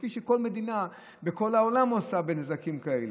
כפי שכל מדינה בכל העולם עושה בנזקים כאלה.